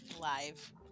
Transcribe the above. live